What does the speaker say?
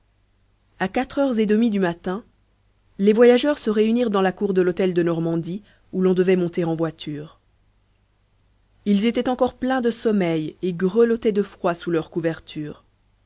a quatre heures et demie du matin les voyageurs se réunirent dans la cour de l'hôtel de normandie où l'on devait monter en voiture ils étaient encore pleins de sommeil et grelottaient de froid sous leurs couvertures